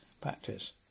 practice